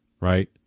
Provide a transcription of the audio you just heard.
right